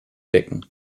decken